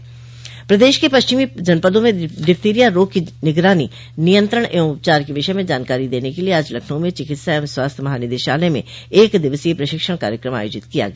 प्रदेश के पश्चिमी जनपदों में डिफथिरिया रोग की निगरानी नियंत्रण एवं उपचार के विषय में जानकारी देने के लिए आज लखनऊ में चिकित्सा एवं स्वास्थ्य महानिदेशालय में एक दिवसीय प्रशिक्षण कार्यक्रम आयोजित किया गया